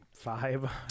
Five